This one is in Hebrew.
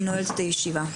אני נועלת את הישיבה.